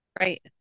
Right